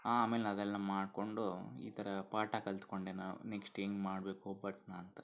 ಆಮೇಲೆ ಅದೆಲ್ಲ ಮಾಡಿಕೊಂಡು ಈ ಥರ ಪಾಠ ಕಲಿತ್ಕೊಂಡೆ ನಾವು ನೆಕ್ಷ್ಟ್ ಹೆಂಗೆ ಮಾಡ್ಬೇಕು ಒಬ್ಬಟ್ಟಿನಂತ